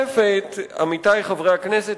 עמיתי חברי הכנסת,